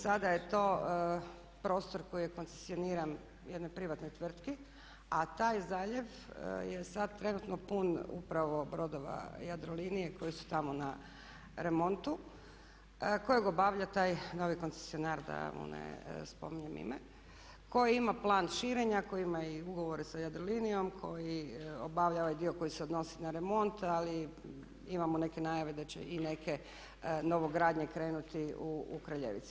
Sada je to prostor koji je koncesioniran jednoj privatnoj tvrtki, a taj zaljev je sad trenutno pun upravo brodova Jadrolinije koji su tamo na remontu kojeg obavlja taj novi koncesionar da mu ne spominjem ime koji ima plan širenja, koji ima i ugovore sa Jadrolinijom, koji obavlja ovaj dio koji se odnosi na remont ali imamo neke najave da će i neke novogradnje krenuti u Kraljevici.